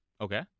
Okay